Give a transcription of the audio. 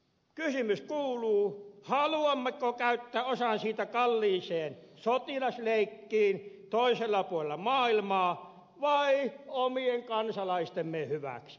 kysymys kuuluu haluammeko käyttää osan siitä kalliiseen sotilasleikkiin toisella puolella maailmaa vai omien kansalaistemme hyväksi